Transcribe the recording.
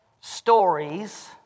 stories